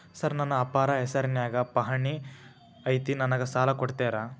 Sir ನನ್ನ ಅಪ್ಪಾರ ಹೆಸರಿನ್ಯಾಗ್ ಪಹಣಿ ಐತಿ ನನಗ ಸಾಲ ಕೊಡ್ತೇರಾ?